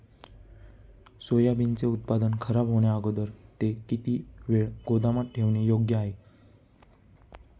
सोयाबीनचे उत्पादन खराब होण्याअगोदर ते किती वेळ गोदामात ठेवणे योग्य आहे?